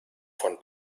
von